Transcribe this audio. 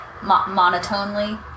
monotonely